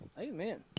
Amen